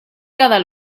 cada